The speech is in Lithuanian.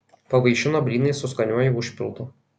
pavaišino blynais su skaniuoju užpildu